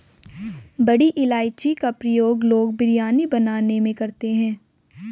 बड़ी इलायची का प्रयोग लोग बिरयानी बनाने में करते हैं